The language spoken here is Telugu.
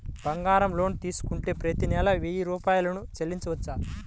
బంగారం లోన్ తీసుకుంటే ప్రతి నెల వెయ్యి రూపాయలు చెల్లించవచ్చా?